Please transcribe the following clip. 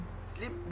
Sleep